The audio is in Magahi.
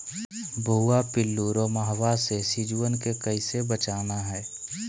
भुवा पिल्लु, रोमहवा से सिजुवन के कैसे बचाना है?